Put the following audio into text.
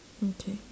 mm K